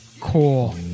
cool